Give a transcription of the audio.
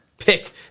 Pick